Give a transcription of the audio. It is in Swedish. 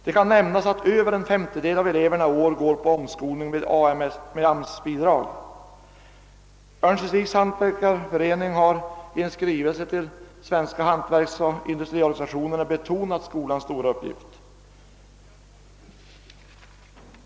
Det kan nämnas att över en femtedel av eleverna i år går på omskolning med AMS-bidrag. Örnsköldsviks hantverksförening har i en skrivelse till Sveriges hantverksoch industriorganisation betonat skolans stora uppgift.